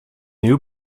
new